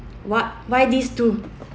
what why these two